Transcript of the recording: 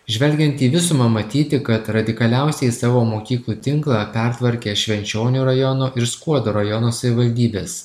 žvelgiant į visumą matyti kad radikaliausiai savo mokyklų tinklą pertvarkė švenčionių rajono ir skuodo rajono savivaldybės